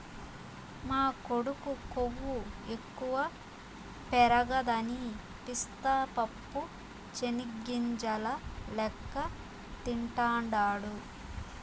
మా కొడుకు కొవ్వు ఎక్కువ పెరగదని పిస్తా పప్పు చెనిగ్గింజల లెక్క తింటాండాడు